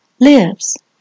lives